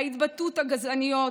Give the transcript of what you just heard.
ההתבטאויות הגזעניות,